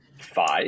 five